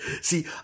See